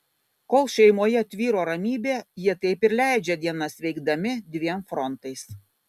kol šeimoje tvyro ramybė jie taip ir leidžia dienas veikdami dviem frontais